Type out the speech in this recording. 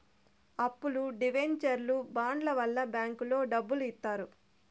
అప్పులు డివెంచర్లు బాండ్ల వల్ల బ్యాంకులో డబ్బులు ఇత్తారు